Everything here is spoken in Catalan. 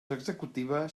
executiva